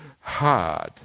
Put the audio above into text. hard